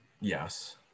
Yes